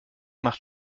macht